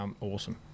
Awesome